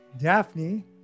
Daphne